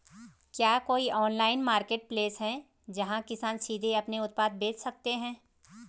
क्या कोई online marketplace है, जहां किसान सीधे अपने उत्पाद बेच सकते हैं?